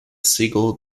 seagull